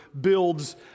builds